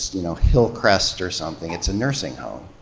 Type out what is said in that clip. you know, hillcrest or something, it's a nursing home.